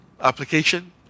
application